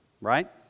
right